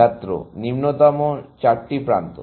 ছাত্র নিম্নতম চারটি প্রান্ত